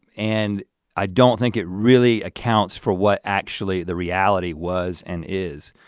and i don't think it really accounts for what actually the reality was and is.